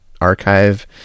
archive